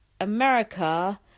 america